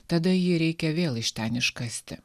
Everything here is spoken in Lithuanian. tada jį reikia vėl iš ten iškasti